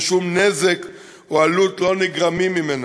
ושום נזק או עלות לא נגרמים ממנה.